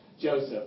Joseph